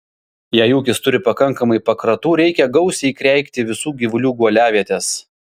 jei ūkis turi pakankamai pakratų reikia gausiai kreikti visų gyvulių guoliavietes